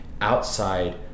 outside